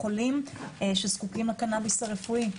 חולים שזקוקים לקנביס הרפואי.